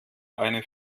eine